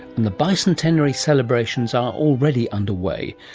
and the bicentenary celebrations are already underway,